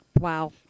Wow